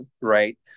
right